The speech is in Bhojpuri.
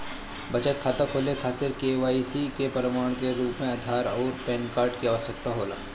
बचत खाता खोले खातिर के.वाइ.सी के प्रमाण के रूप में आधार आउर पैन कार्ड की आवश्यकता होला